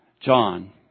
John